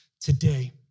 today